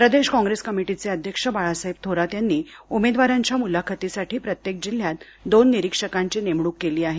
प्रदेश काँग्रेस कमिटीचे अध्यक्ष बाळासाहेब थोरात यांनी उमेदवारांच्या मुलाखतीसाठी प्रत्येक जिल्ह्यात दोन निरीक्षकांची नेमणूक केली आहे